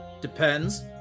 Depends